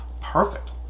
perfect